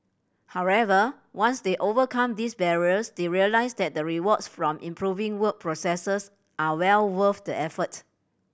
however once they overcome these barriers they realise that the rewards from improving work processes are well worth the effort